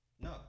No